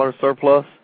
surplus